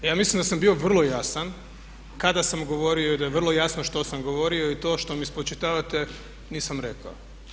Ja mislim da sam bio vrlo jasan kada sam govorio i da je vrlo jasno što sam govorio i to što mi spočitavate nisam rekao.